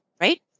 right